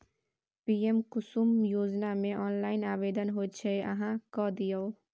PM Kusum योजनामे online आवेदन होइत छै अहाँ कए दियौ